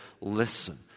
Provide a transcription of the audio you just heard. listen